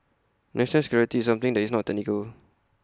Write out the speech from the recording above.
national security is something that is not technical